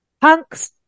punks